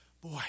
boy